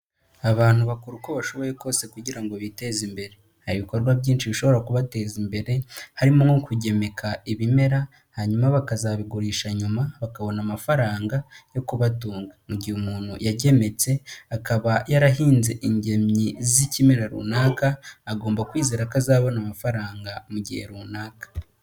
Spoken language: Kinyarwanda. Abantu bakora uko bashoboye kose kugira ngo biteze imbere, hari ibikorwa byinshi bishobora kubateza imbere harimo nko kugemeka ibimera hanyuma bakazabigurisha nyuma bakabona amafaranga yo kubatunga, mu gihe umuntu yagemetse akaba yarahinze ingemyi z'ikimera runaka, agomba kwizera ko azabona amafaranga mu gihe runaka.